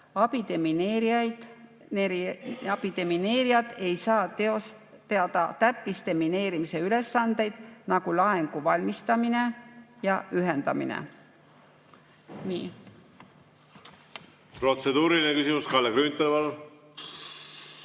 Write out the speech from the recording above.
Abidemineerijad ei saa täita täppisdemineerimise ülesandeid, nagu laengu valmistamine ja ühendamine. Nii. Protseduuriline küsimus, Kalle Grünthal,